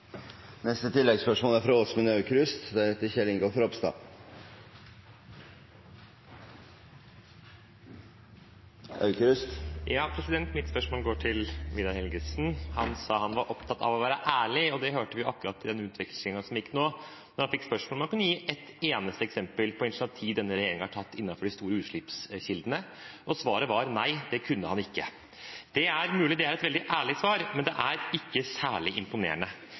Åsmund Aukrust – til oppfølgingsspørsmål. Mitt spørsmål går til Vidar Helgesen. Han sa at han var opptatt av å være ærlig, og det hørte vi akkurat i den ordvekslingen som var nå, da han fikk spørsmål om han kunne gi et eneste eksempel på initiativ denne regjeringen har tatt innenfor de store utslippskildene, og svaret var: Nei, det kunne han ikke. Det er mulig det er et veldig ærlig svar, men det er ikke særlig imponerende.